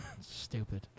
Stupid